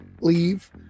leave